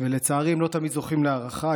ולצערי הם לא תמיד זוכים להערכה.